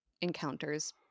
encounters